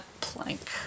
Plank